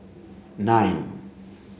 nine